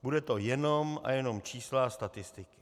Budou to jenom a jenom čísla a statistiky.